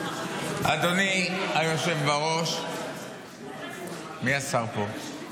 אדוני היושב-בראש, מי השר פה?